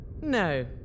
No